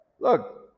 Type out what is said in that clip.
Look